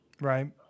right